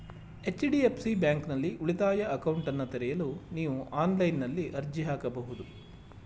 HDFC ಬ್ಯಾಂಕ್ನಲ್ಲಿ ಉಳಿತಾಯ ಅಕೌಂಟ್ನನ್ನ ತೆರೆಯಲು ನೀವು ಆನ್ಲೈನ್ನಲ್ಲಿ ಅರ್ಜಿ ಹಾಕಬಹುದು